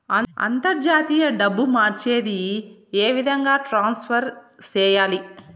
అంతర్జాతీయ డబ్బు మార్చేది? ఏ విధంగా ట్రాన్స్ఫర్ సేయాలి?